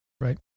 Right